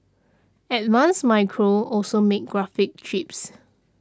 advanced Micro also makes graphics chips